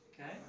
Okay